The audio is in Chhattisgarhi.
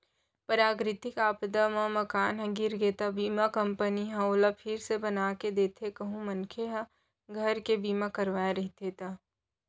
पराकरितिक आपदा म मकान ह गिर गे त बीमा कंपनी ह ओला फिर से बनाके देथे कहूं मनखे ह घर के बीमा करवाय रहिथे ता